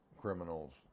criminals